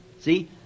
See